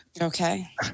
Okay